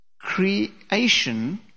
creation